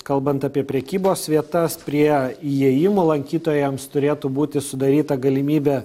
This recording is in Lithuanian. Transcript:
kalbant apie prekybos vietas prie įėjimų lankytojams turėtų būti sudaryta galimybė